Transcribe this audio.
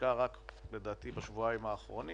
שהושקה רק לדעתי בשבועיים האחרונים,